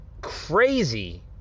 crazy